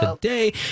today